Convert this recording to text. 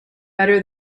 better